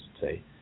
say